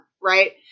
Right